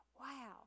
Wow